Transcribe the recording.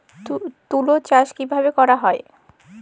তুলো চাষ কিভাবে করা হয়?